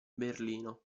berlino